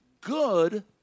good